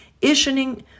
issuing